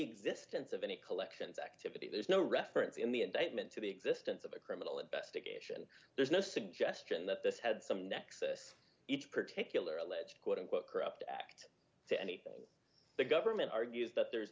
existence of any collections activity there's no reference in the indictment to the existence of a criminal investigation there's no suggestion that this had some nexus each particular alleged quote unquote corrupt act to anything the government argues that there's